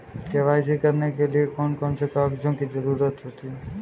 KYC करने के लिए कौन कौन से कागजों की जरूरत होती है?